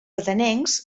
atenencs